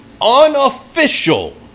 unofficial